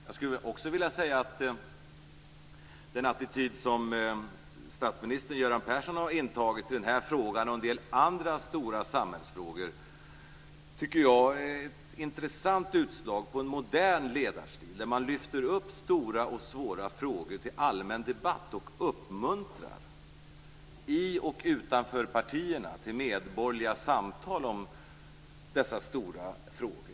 Jag skulle också vilja säga att jag tycker att den attityd som statsminister Göran Persson har intagit i den här frågan, och i en del andra stora samhällsfrågor, är ett intressant utslag av en modern ledarstil där man lyfter upp stora och svåra frågor till allmän debatt och uppmuntrar till medborgerliga samtal i och utanför partierna om dessa stora frågor.